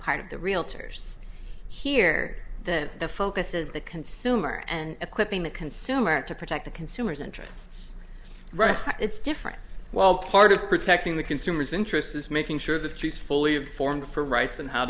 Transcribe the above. part of the realtors here that the focus is the consumer and equipping the consumer to protect the consumers interests right it's different well part of protecting the consumers interests is making sure the trees fully have formed for rights and how